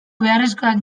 beharrezkoak